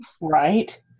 right